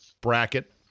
bracket